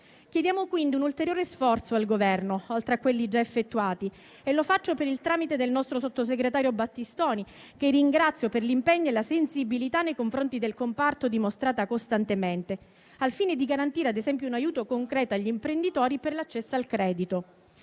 Chiediamo quindi un ulteriore sforzo al Governo, oltre a quelli già effettuati - e lo faccio per il tramite del nostro sottosegretario Battistoni, che ringrazio per l'impegno e la sensibilità nei confronti del comparto dimostrati costantemente - al fine di garantire ad esempio un aiuto concreto agli imprenditori per l'accesso al credito,